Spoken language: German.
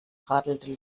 radelte